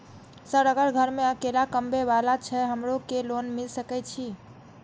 Sir अगर घर में अकेला कमबे वाला छे हमरो के लोन मिल सके छे?